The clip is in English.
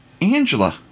Angela